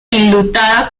enlutada